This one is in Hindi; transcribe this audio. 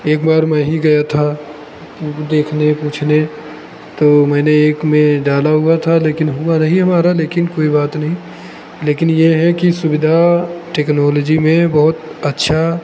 एक बार मैं ही गया था देखने पूछने तो मैंने एक में डाला हुआ था लेकिन हुआ नहीं हमारा लेकिन कोई बात नहीं लेकिन यह है कि सुविधा टेक्नोलॉजी में बहुत अच्छा